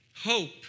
Hope